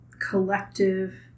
collective